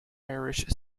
irish